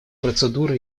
процедуры